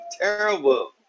terrible